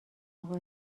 اقا